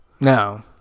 No